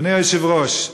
אדוני היושב-ראש,